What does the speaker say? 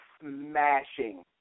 smashing